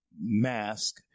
mask